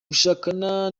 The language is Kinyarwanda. gushakana